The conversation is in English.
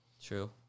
True